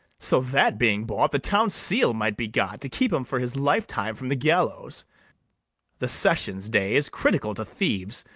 so that, being bought, the town-seal might be got to keep him for his life-time from the gallows the sessions-day is critical to thieves,